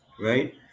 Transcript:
right